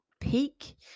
peak